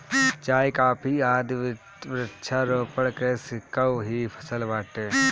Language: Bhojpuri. चाय, कॉफी आदि वृक्षारोपण कृषि कअ ही फसल बाटे